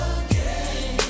again